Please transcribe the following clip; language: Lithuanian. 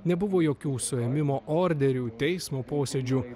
nebuvo jokių suėmimo orderių teismo posėdžių